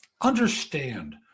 understand